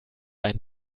ein